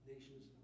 nations